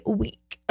week